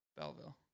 Belleville